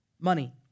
money